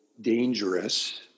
dangerous